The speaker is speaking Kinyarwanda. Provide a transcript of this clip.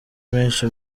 menshi